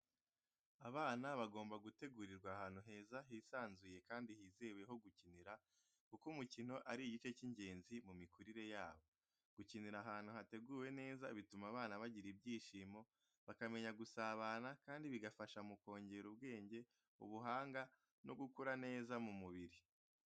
Abana bagomba gutegurirwa ahantu heza, hisanzuye kandi hizewe ho gukinira kuko umukino ari igice cy’ingenzi mu mikurire yabo. Gukinira ahantu hateguwe neza bituma abana bagira ibyishimo, bakamenya gusabana, kandi bigafasha mu kongera ubwenge, ubuhanga no gukura neza mu mubiri.